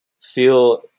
feel